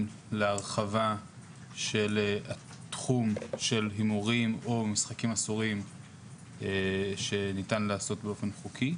להרחבה של התחום של הימורים או משחקים אסורים שניתן לעסוק באופן חוקי.